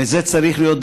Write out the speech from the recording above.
וזה צריך להיות,